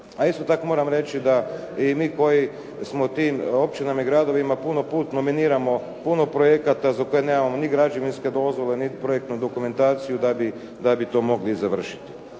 A isto tako moram reći da i mi koji smo u tim općinama i gradovima puno puta nominiramo puno projekata za koje nemamo ni građevinske dozvole, niti projektnu dokumentaciju da bi to mogli i završiti.